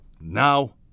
now